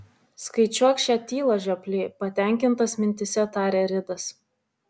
skaičiuok šią tylą žioply patenkintas mintyse tarė ridas